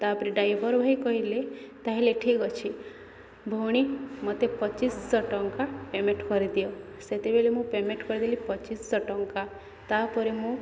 ତା'ପରେ ଡ୍ରାଇଭର୍ ଭାଇ କହିଲେ ତାହେଲେ ଠିକ୍ ଅଛି ଭଉଣୀ ମୋତେ ପଚିଶଶହ ଟଙ୍କା ପେମେଣ୍ଟ୍ କରିଦିଅ ସେତେବେଳେ ମୁଁ ପେମେଣ୍ଟ୍ କରିଦେଲି ପଚିଶଶହ ଟଙ୍କା ତା'ପରେ ମୁଁ